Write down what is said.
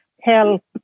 help